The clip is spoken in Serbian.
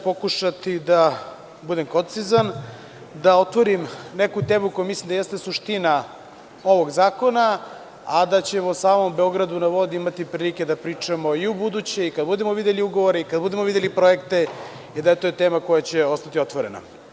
Pokušaću da budem koncizan, da otvorim neku temu koja mislim da jeste suština ovog Zakona, a da ćemo o samom „Beogradu na vodi“ imati prilike da pričamo i u buduće i kada budemo videli ugovore i kada budemo videli projekte, jer to je tema koja će ostati otvorena.